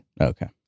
Okay